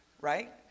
right